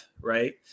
right